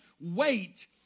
wait